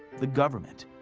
the government.